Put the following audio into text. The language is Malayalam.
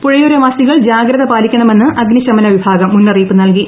പുഴയോരവാസികൾ ജാഗ്രത പാലിക്കണമെന്ന് അഗ്നിശമന വിഭാഗം മുന്നറിയിപ്പ് നൽകി